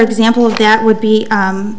example of that would be